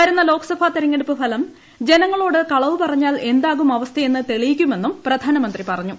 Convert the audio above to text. വരുന്ന ലോക്സഭാ തെരെഞ്ഞെടുപ്പ് ഫലം ജനങ്ങളോട് കളവ് പറഞ്ഞാൽ എന്താകും അവസ്ഥയെന്ന് തെളിയിക്കുമെന്നും പ്രധാനമന്ത്രി പറഞ്ഞു